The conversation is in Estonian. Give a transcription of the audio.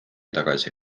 tagasi